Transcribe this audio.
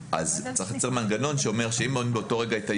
צריך ליצור מנגנון שאומר שאם אין באותו רגע את האישור,